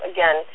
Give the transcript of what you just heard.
Again